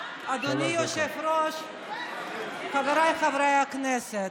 אדוני היושב-ראש, חבריי חברי הכנסת,